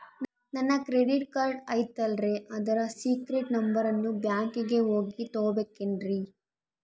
ನನ್ನ credit card ಐತಲ್ರೇ ಅದರ ಸೇಕ್ರೇಟ್ ನಂಬರನ್ನು ಬ್ಯಾಂಕಿಗೆ ಹೋಗಿ ತಗೋಬೇಕಿನ್ರಿ?